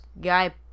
guy